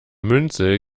münze